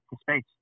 space